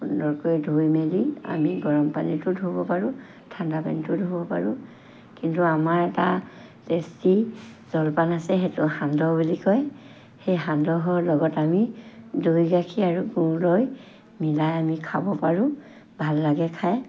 সুন্দৰকৈ ধুই মেলি আমি গৰমপানীতো ধুব পাৰোঁ ঠাণ্ডাপানীতো ধুব পাৰোঁ কিন্তু আমাৰ এটা টেষ্টি জলপান হৈছে সেইটো সান্দহ বুলি কয় সেই সান্দহৰ লগত আমি দৈ গাখীৰ আৰু গুৰ লৈ মিলাই আমি খাব পাৰোঁ ভাল লাগে খাই